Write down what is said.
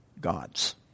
gods